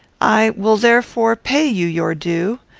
i will therefore pay you your due,